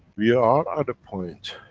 we are at the point,